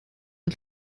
und